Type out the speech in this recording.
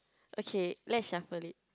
okay let's shuffle it